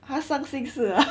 !huh! 伤心事 ah